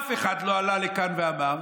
אף אחד לא עלה לכאן ואמר: